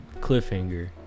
cliffhanger